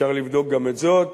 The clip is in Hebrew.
אפשר לבדוק את זאת,